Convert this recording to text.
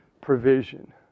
provision